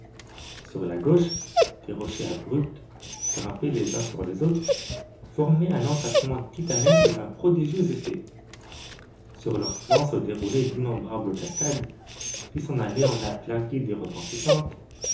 sur la gauche des rochers abrupts grimpés les uns sur les autres formaient un entassement titanesque d'un prodigieux effet sur leurs flancs se déroulaient d'innombrables cascades qui s'en allaient en nappes limpides et retentissantes